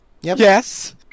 Yes